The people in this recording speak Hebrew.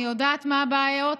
אני יודעת מה הבעיות.